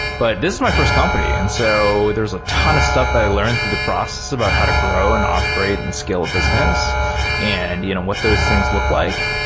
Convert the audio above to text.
but this is my first company, and so there's a ton of stuff that i learned through the process about how to grow and operate and scale a business and you know what those things look like.